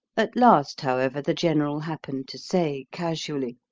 at last, however, the general happened to say casually,